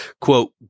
quote